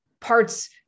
parts